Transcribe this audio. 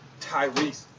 Tyrese